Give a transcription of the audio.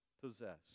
possess